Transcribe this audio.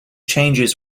changes